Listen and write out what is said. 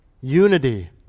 unity